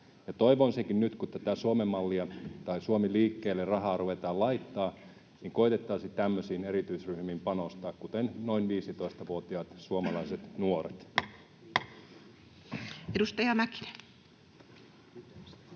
toivoisinkin nyt, kun tätä Suomen-mallia tai Suomi liikkeelle ‑rahaa ruvetaan laittamaan, että koetettaisiin tämmöisiin erityisryhmiin panostaa, kuten noin 15-vuotiaisiin suomalaisiin nuoriin. [Puhemies